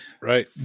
right